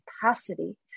capacity